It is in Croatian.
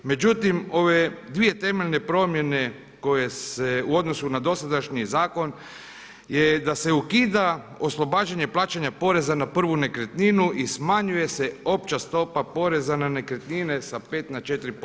Međutim, ove dvije temeljne promjene koje se u odnosu na dosadašnji zakon je da se ukida oslobađanje plaćanja poreza na prvu nekretninu i smanjuje se opća stopa poreza na nekretnine sa 5 na 4%